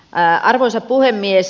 arvoisa puhemies